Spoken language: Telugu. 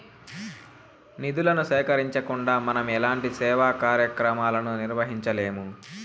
నిధులను సేకరించకుండా మనం ఎలాంటి సేవా కార్యక్రమాలను నిర్వహించలేము